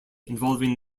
involving